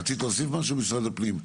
רצית להוסיף משהו משרד הפנים?